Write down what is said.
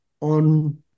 on